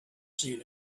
seen